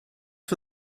for